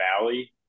valley